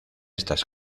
estas